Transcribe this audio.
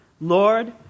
Lord